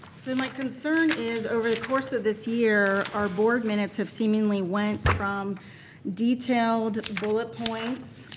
so my concern is over the course of this year our board minutes have seemingly went from detailed bullet points